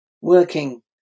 working